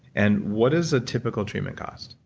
and what does a typical treatment cost?